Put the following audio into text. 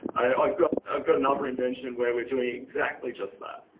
i've got i've got another invention where we're doing exactly just that.